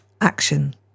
action